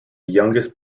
youngest